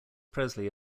presley